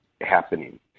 happening